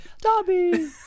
Dobby